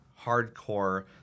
hardcore